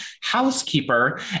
housekeeper